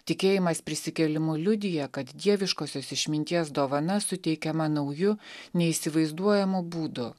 tikėjimas prisikėlimu liudija kad dieviškosios išminties dovana suteikiama nauju neįsivaizduojamu būdu